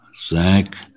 Zach